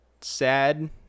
sad